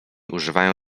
używają